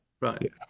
right